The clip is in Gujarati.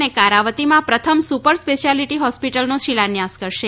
અને કારાવતીમાં પ્રથમ સુપર સ્પેશ્યાલીટી હોસ્પિટલનો શિલાન્યાસ કરશે